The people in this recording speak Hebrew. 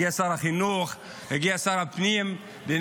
הגיע שר החינוך, הגיע שר הפנים לנחם.